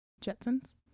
Jetsons